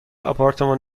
آپارتمان